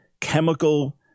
chemical